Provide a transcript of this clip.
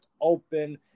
Open